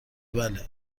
بله